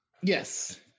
Yes